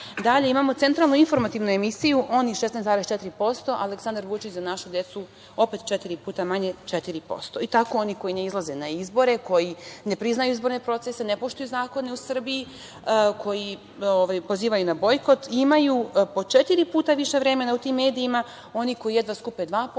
Dalje imamo centralnu informativnu emisiju, oni 16,4%, „Aleksandar Vučić – Za našu decu“ opet četiri puta manje, 4%. I tako oni koji ne izlaze na izbore, koji ne priznaju izborne procese, ne poštuju zakone u Srbiji, koji pozivaju na bojkot, imaju po četiri puta više vremena u tim medijima, oni koji jedva skupe 2%